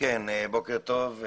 בוקר טוב.